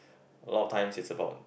a lot of time is about